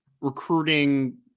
recruiting